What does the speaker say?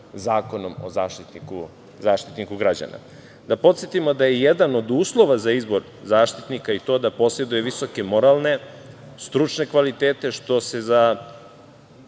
Zakonom o Zaštitniku građana. Da podsetimo da je jedan od uslova za izbor Zaštitnika i to da poseduje visoke moralne, stručne kvalitete, što se za